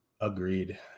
Agreed